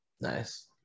Nice